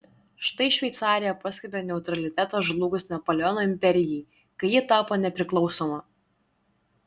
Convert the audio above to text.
štai šveicarija paskelbė neutralitetą žlugus napoleono imperijai kai ji tapo nepriklausoma